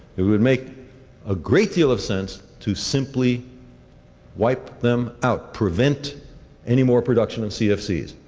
it would make a great deal of sense to simply wipe them out, prevent any more production of cfcs.